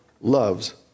loves